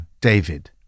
David